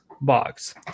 box